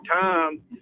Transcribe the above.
time